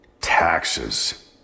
Taxes